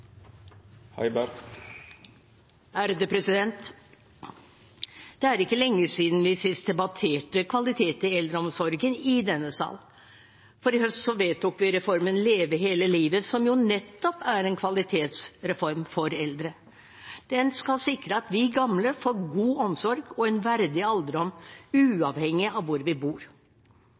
er ikke lenge siden sist vi i denne sal debatterte kvalitet i eldreomsorgen, for i høst vedtok vi reformen Leve hele livet, som jo nettopp er en kvalitetsreform for eldre. Den skal sikre at vi gamle får god omsorg og en verdig alderdom, uavhengig av hvor vi bor.